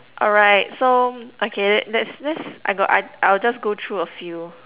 alright so okay let's let's I got I I'll just go through a few